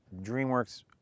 DreamWorks